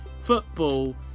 football